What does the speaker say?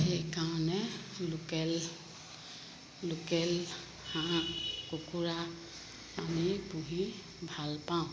সেইকাৰণে local local হাঁহ কুকুৰা আমি পুহি ভাল পাওঁ